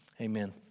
Amen